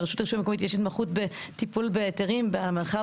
ברשות הרישוי המקומית יש התמחות בטיפול בהיתרים במרחב